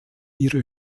ihre